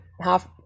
half